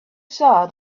saw